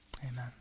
amen